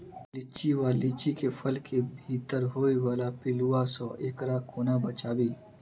लिच्ची वा लीची केँ फल केँ भीतर होइ वला पिलुआ सऽ एकरा कोना बचाबी?